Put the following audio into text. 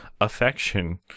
affection